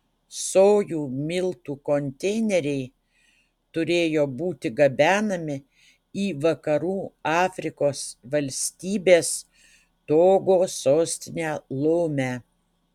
sojų miltų konteineriai turėjo būti gabenami į vakarų afrikos valstybės togo sostinę lomę